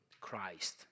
Christ